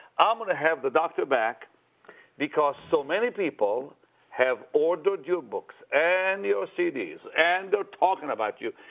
i'm going to have the doctor back because so many people have ordered your books and your cds and they're talking about you.